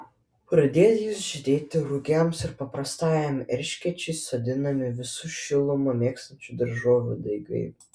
pradėjus žydėti rugiams ir paprastajam erškėčiui sodinami visų šilumą mėgstančių daržovių daigai